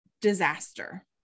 disaster